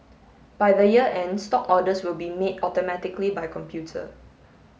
by the year end stock orders will be made automatically by computer